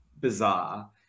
bizarre